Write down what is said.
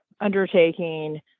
undertaking